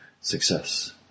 success